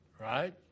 Right